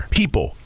people